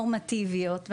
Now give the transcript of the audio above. נורמטיביות,